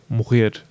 Morrer